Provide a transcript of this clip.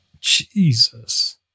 Jesus